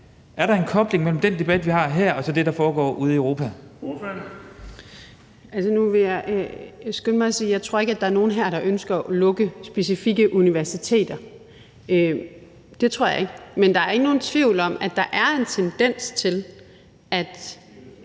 fg. formand (Erling Bonnesen): Ordføreren. Kl. 13:52 Pernille Skipper (EL): Nu vil jeg skynde mig at sige her, at jeg ikke tror, der er nogen her, der ønsker at lukke specifikke universiteter. Det tror jeg ikke. Men der er ikke nogen tvivl om, at der er en tendens til, at